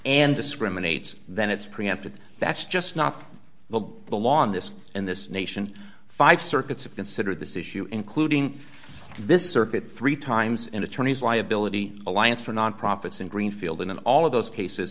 and discriminates then it's preempted that's just not the the law on this and this nation five circuits have considered this issue including this circuit three times and attorneys liability alliance for non profits in greenfield and in all of those cases